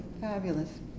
fabulous